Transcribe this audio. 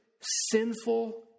sinful